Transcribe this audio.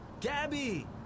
Gabby